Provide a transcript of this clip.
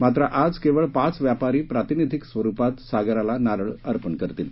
मात्र आज केवळ पाच व्यापारी प्रातिनिधिक स्वरूपात सागराला नारळ अर्पण करतील